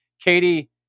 Katie